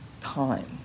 time